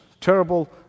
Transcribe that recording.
terrible